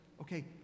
okay